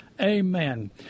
amen